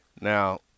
now